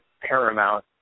paramount